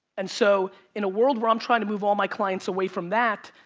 and so in a world where i'm trying to move all my clients away from that,